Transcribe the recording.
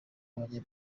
abanya